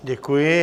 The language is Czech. Děkuji.